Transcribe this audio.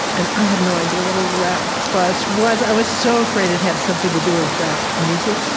and i had no idea what a wrapped bus was. i was so afraid it had something to do with rap music